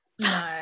No